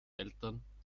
eltern